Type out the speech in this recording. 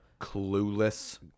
Clueless